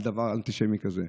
על דבר אנטישמי כזה?